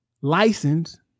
licensed